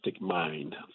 mind